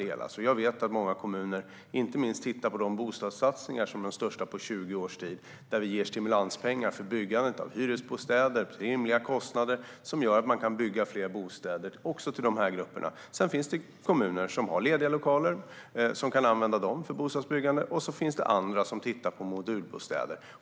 Jag vet att många kommuner inte minst tittar på de bostadssatsningar som är de största på 20 års tid och där vi ger stimulanspengar till byggandet av hyresbostäder till rimliga kostnader. Det gör att man kan bygga fler bostäder också till dessa grupper. Sedan finns det kommuner som har lediga lokaler som kan användas till bostadsbyggande, och så finns det andra som tittar på modulbostäder.